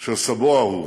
של סבו האהוב.